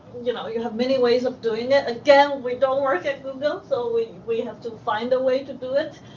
you know, you have many ways of doing it. again, we don't work at google so we we have to find a way to to it.